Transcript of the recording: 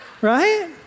Right